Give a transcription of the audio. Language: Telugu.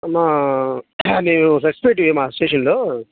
అమ్మా నువ్వు సస్పెక్ట్వి మా స్టేషన్లో